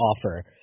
offer